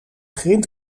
grind